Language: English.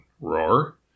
roar